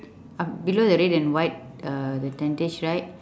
uh below the red and white uh the tentage right